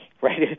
right